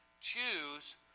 choose